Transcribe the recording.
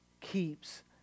keeps